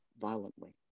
violently